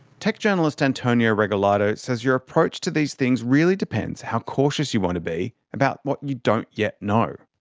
tech journalist antonio ragalado says your approach to these things really depends how cautious you want to be about what you don't yet know.